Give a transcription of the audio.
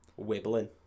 wibbling